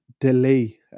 delay